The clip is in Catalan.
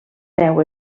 deu